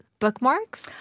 bookmarks